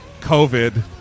COVID